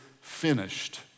finished